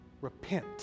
repent